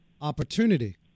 opportunity